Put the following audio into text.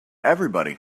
everybody